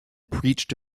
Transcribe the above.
preached